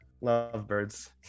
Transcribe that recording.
lovebirds